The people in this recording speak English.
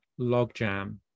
logjam